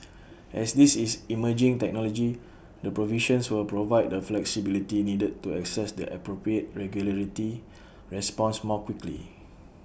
as this is emerging technology the provisions will provide the flexibility needed to assess the appropriate regulatory response more quickly